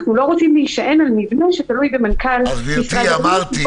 אנחנו לא רוצים להישען על מבנה שתלוי במנכ"ל משרד הבריאות,